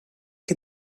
che